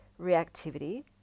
reactivity